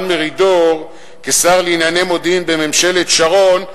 מרידור כשר לענייני מודיעין בממשלת שרון,